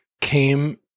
came